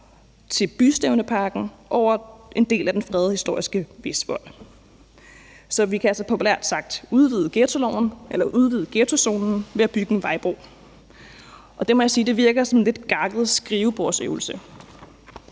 til Bystævneparken over en del af den fredede, historiske Vestvold. Så vi kan altså populært sagt udvide ghettozonen ved at bygge en vejbro. Det må jeg sige virker som en noget gakket skrivebordsøvelse.